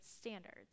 standards